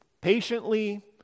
patiently